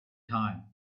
time